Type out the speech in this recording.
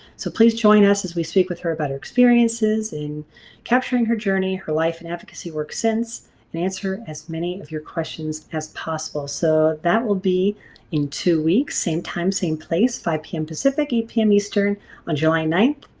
so please join us as we speak with her about her experiences and capturing her journey her life and advocacy work since and answer as many of your questions as possible. so that will be in two weeks same time same place, five zero p m. pacific eight zero p m. eastern on july ninth,